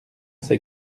c’est